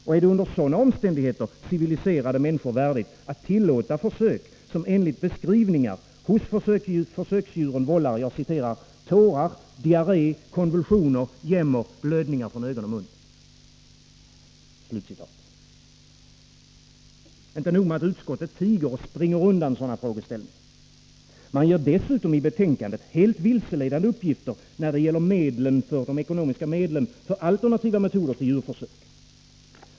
Och är det under sådana omständigheter värdigt civiliserade människor att tillåta försök som enligt beskrivningar hos försöksdjuren vållar ”tårar, diarré, konvulsioner, jämmer, blödningar från ögon och mun”? Inte nog med att utskottet tiger och springer undan sådana frågeställningar. Man ger i betänkandet dessutom helt vilseledande uppgifter då det gäller de ekonomiska medlen för alternativa metoder för djurförsök.